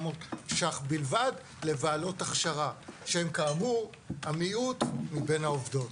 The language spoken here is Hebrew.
שקלים בלבד לבעלות הכשרה שהן כאמור המיעוט מבין העובדות.